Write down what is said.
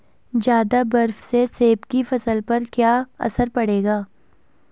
ज़्यादा बर्फ से सेब की फसल पर क्या असर पड़ेगा?